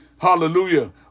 Hallelujah